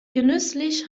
genüsslich